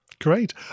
Great